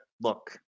look